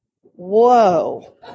whoa